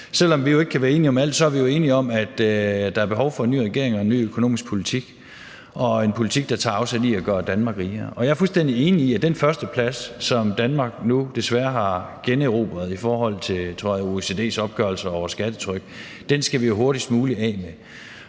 Selv om vi jo ikke kan være enige om alt, er vi jo enige om, at der er behov for en ny regering og en ny økonomisk politik og en politik, der tager afsæt i at gøre Danmark rigere. Jeg er fuldstændig enig i, at den førsteplads, som Danmark nu desværre har generobret i forhold til OECD's opgørelse over skattetryk, skal vi hurtigst muligt af med.